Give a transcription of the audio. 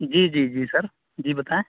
جی جی جی سر جی بتائیں